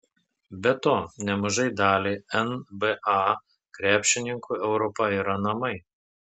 be to nemažai daliai nba krepšininkų europa yra namai